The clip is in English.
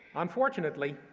unfortunately,